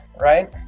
right